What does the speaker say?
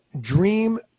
dream